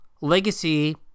legacy